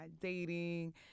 dating